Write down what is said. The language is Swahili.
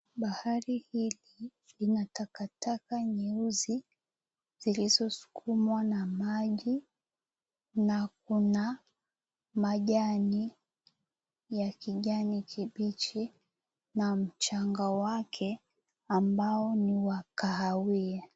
Bahari hili, lina takataka nyeusi, zilizosukumwa na maji na kuna majani ya kijani kibichi na mchanga wake ambao ni wa kahawia.